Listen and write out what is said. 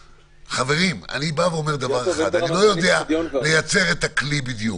חברים, אני לא יודע לייצר את הכלי בדיוק.